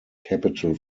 capital